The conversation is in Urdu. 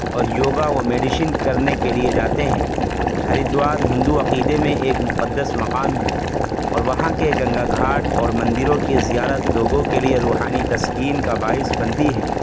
اور یوگا و میڈیشن کرنے کے لیے جاتے ہیں ہریدوار ہندو عقیدے میں ایک مقدس مقام ہے اور وہاں کے گنگا گھاٹ اور مندروں کی زیارت لوگوں کے لیے روحانی تسکین کا باعث بنتی ہے